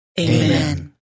Amen